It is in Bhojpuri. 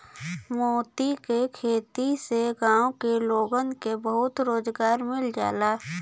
मोती क खेती से गांव के लोगन के बहुते रोजगार मिल जाला